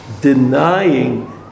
denying